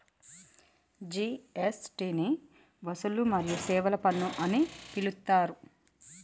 GST ని వస్తువులు మరియు సేవల పన్ను అని పిలుత్తారు